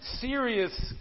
serious